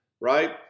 right